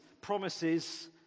promises